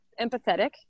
empathetic